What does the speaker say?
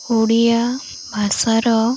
ଓଡ଼ିଆ ଭାଷାର